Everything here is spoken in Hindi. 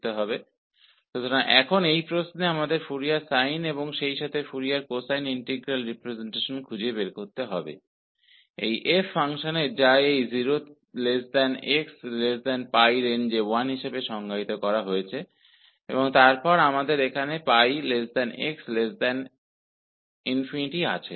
तो अब इस प्रश्न में हमें इस फ़ंक्शन f का फूरियर साइन के साथ साथ फूरियर कोसाइन इंटीग्रल ट्रांसफॉर्मेशन पता करना हैजो कि 0xπ रेंज में परिभाषित है और इसका मान 1 है और फिर हमारे पास यहां π x∞ में इसका मान 0 है